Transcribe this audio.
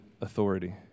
authority